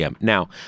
Now